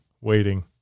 waiting